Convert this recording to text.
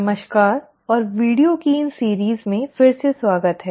नमस्कार और वीडियो की इन श्रृंखलाओ में फिर से स्वागत है